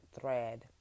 thread